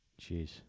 Jeez